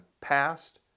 past